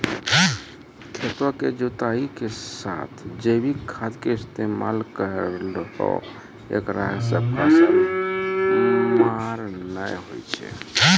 खेतों के जुताई के साथ जैविक खाद के इस्तेमाल करहो ऐकरा से फसल मार नैय होय छै?